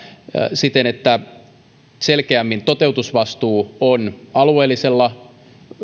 siten että selkeämmin toteutusvastuu on alueellisella